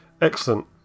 excellent